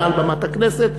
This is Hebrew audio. מעל במת הכנסת,